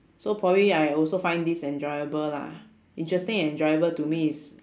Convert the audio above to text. so probably I also find this enjoyable lah interesting and enjoyable to me is